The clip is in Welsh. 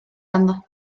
ganddo